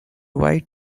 white